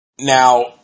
now